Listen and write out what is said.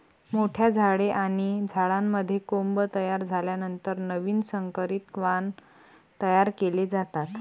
मोठ्या झाडे आणि झाडांमध्ये कोंब तयार झाल्यानंतर नवीन संकरित वाण तयार केले जातात